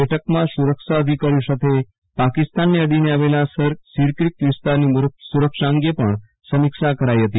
બેઠકમાં સુરક્ષા અધિકારીઓ સાથે પાકિસ્તાનને અડીને આવેલા સીચ્ક્રીક િ વસ્તારની સુરક્ષા અંગે પણ સમીક્ષા કરાઈ હતી